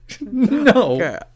no